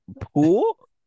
pool